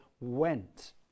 went